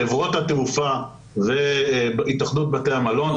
חברות התעופה והתאחדות בתי המלון,